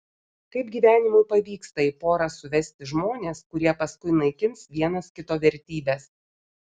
kaip gyvenimui pavyksta į porą suvesti žmones kurie paskui naikins vienas kito vertybes